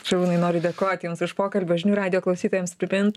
šarūnai noriu dėkoti jums iš pokalbį o žinių radijo klausytojams primint